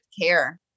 care